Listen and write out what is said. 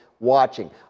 watching